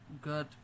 good